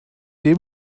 dem